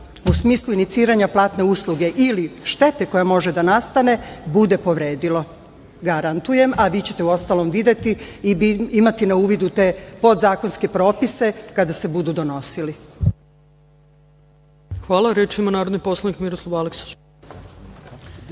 u smislu iniciranja platne usluge ili štete koja može da nastane, bude povredilo. Garantujem, a vi ćete, uostalom, videti i imati na uvid te podzakonske propise kada se budu donosili.